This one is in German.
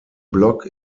block